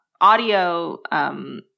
audio